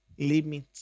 Limit